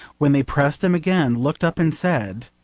when they pressed him again, looked up and said,